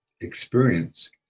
experience